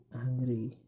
angry